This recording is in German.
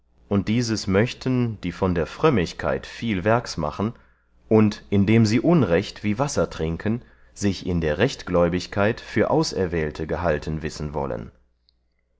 und dieses möchten die von der frömmigkeit viel werks machen und indem sie unrecht wie wasser trinken sich in der rechtgläubigkeit für auserwählte gehalten wissen wollen